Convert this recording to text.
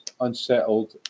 Unsettled